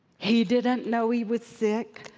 he didn't know he was sick.